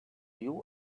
you